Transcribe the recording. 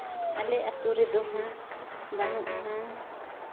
ᱟᱞᱮ ᱟᱹᱛᱩ ᱨᱮᱫᱚ ᱦᱟᱸᱜ ᱵᱟᱹᱱᱩᱜ ᱟᱱᱟᱝ